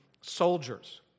soldiers